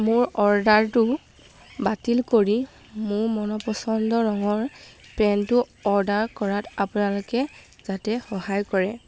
মোৰ অৰ্ডাৰটো বাতিল কৰি মোৰ মনপচন্দ ৰঙৰ পেণ্টটো অৰ্ডাৰ কৰাত আপোনালোকে যাতে সহায় কৰে